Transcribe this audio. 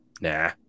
Nah